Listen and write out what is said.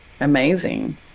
amazing